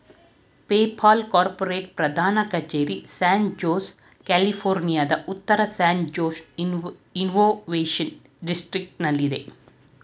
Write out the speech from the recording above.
PayPal corporate ಪ್ರಧಾನ ಕಚೇರಿ San Jose, ಕ್ಯಾಲಿಫೋರ್ನಿಯಾದ ಉತ್ತರ ಸ್ಯಾನ್ ಜೋಸ್ ಇನ್ನೋವೇಶನ್ ಡಿಸ್ಟ್ರಿಕ್ಟನಲ್ಲಿದೆ